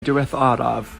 diweddaraf